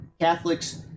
Catholics